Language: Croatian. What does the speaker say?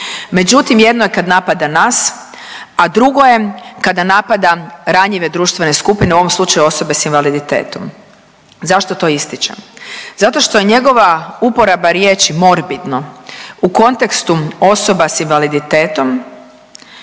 Međutim, jedno je kad napada nas, a drugo je kada napada ranjive društvene skupine u ovom slučaju osobe s invaliditetom. Zašto to ističem? Zato što je njegova uporaba riječi morbidno u kontekstu osoba s invaliditetom